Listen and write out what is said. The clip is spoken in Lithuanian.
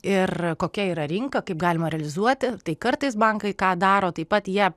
ir kokia yra rinka kaip galima realizuoti tai kartais bankai ką daro taip pat jie